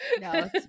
No